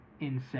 insane